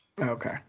Okay